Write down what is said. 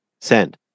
Send